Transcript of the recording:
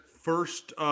First